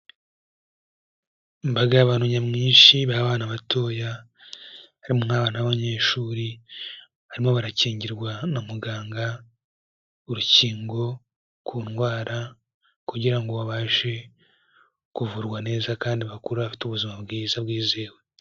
Imbaga y'abantu nyamwinshi b'abana batoya, harimo nk'abana b'abanyeshuri barimo barakingirwa na muganga urukingo ku ndwara kugira ngo babashe kuvurwa neza kandi bakura bafite ubuzima bwiza bwizewe.